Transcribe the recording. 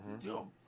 Yo